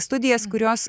studijas kurios